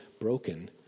broken